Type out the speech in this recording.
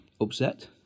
upset